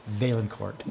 Valencourt